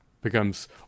becomes